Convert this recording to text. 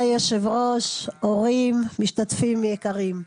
כבוד היושב-ראש, הורים, משתתפים יקרים,